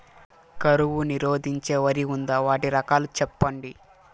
కరువు నిరోధించే వరి ఉందా? వాటి రకాలు చెప్పండి?